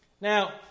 Now